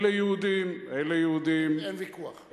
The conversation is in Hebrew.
אלה יהודים ואלה יהודים, אין ויכוח.